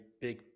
big